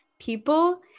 people